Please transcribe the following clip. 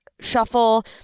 shuffle